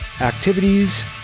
activities